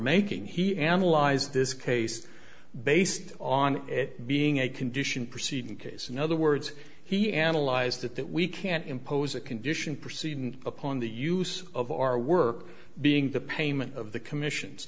making he analyzed this case based on it being a condition proceeding case in other words he analyzed it that we can't impose a condition proceed upon the use of our work being the payment of the commissions